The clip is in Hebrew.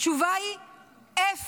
התשובה היא אפס,